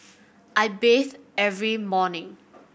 I bathe every morning